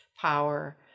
power